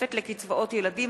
תוספת לקצבאות ילדים),